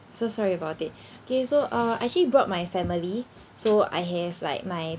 so sorry about it okay so uh I actually brought my family so I have like my